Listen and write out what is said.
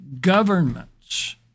governments